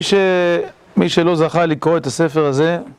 מי שלא זכה לקרוא את הספר הזה...